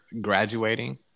graduating